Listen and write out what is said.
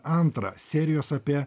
antrą serijos apie